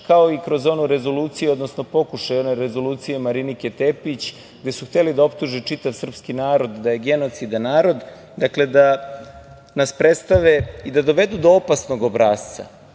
kao i kroz onu rezoluciju, odnosno pokušaj one rezolucije Marinike Tepić gde su hteli da optuže čitav srpski narod da je genocida narod. Dakle, da nas predstave i da dovedu do opasnog obrasca,